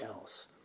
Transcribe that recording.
else